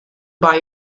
buy